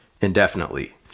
indefinitely